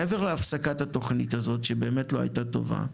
מעבר להפסקת התכנית הזאת שבאמת לא היה טובה,